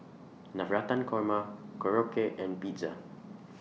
Navratan Korma Korokke and Pizza